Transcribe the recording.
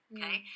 Okay